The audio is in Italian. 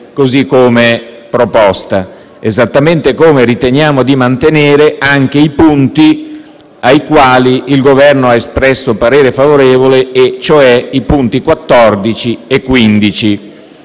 così come proposto, esattamente come riteniamo di mantenere i punti sui quali il Governo ha espresso parere contrario, ovvero i punti 14) e 15).